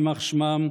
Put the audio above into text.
יימח שמם,